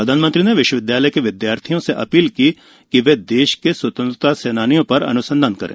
प्रधानमंत्री ने विश्वविदयालय के विदयार्थियों से अपील की कि वे देश के स्वतंत्रता सेनानियों पर अन्संधान करें